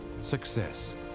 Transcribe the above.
success